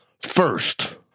First